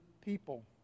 people